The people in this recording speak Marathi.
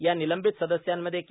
या निलंबित सदस्यांमध्ये के